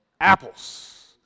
Apples